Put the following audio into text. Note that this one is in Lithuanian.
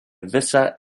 visą